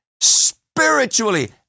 spiritually